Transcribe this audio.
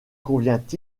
convient